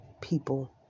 people